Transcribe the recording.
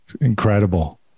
Incredible